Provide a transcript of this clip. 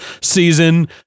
season